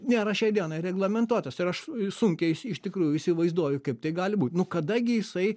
nėra šiai dienai reglamentuotas ir aš sunkiai iš tikrųjų įsivaizduoju kaip tai gali būt nu kada gi jisai